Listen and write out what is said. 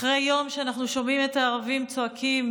אחרי יום שבו אנחנו שומעים את הערבים צועקים: